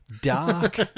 dark